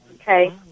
Okay